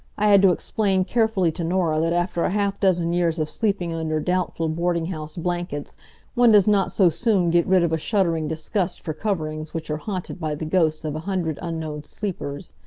i had to explain carefully to norah that after a half-dozen years of sleeping under doubtful boarding-house blankets one does not so soon get rid of a shuddering disgust for coverings which are haunted by the ghosts of a hundred unknown sleepers.